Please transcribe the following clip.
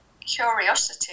curiosity